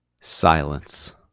Silence